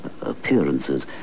appearances